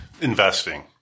Investing